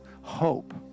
hope